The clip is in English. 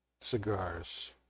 cigars